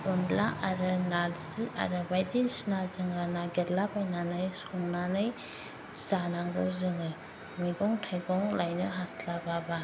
अनला आरो नार्जि आरो बायदिसिना जोङो नागिरलाबायनानै संनानै जानांगौ जोङो मैगं थाइगं लायनो हास्लाबाबा